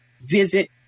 visit